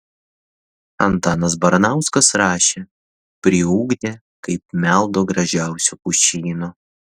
antanas baranauskas rašė priugdę kaip meldo gražiausio pušyno